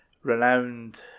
Renowned